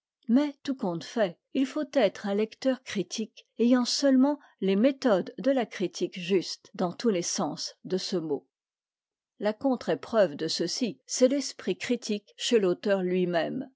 mais tout compte fait il faut être un lecteur critique ayant seulement les méthodes de la critique juste dans tous les sens de ce mot la contre-épreuve de ceci c'est l'esprit critique chez l'auteur lui-même